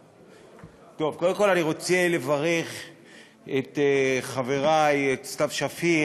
קודם כול, אני רוצה לברך את חברי, את סתיו שפיר,